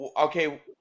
Okay